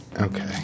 Okay